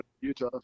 Utah